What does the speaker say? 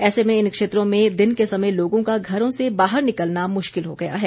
ऐसे में इन क्षेत्रों में दिन के समय लोगों का घरों से बाहर निकलना मुश्किल हो गया है